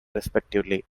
respectively